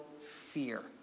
fear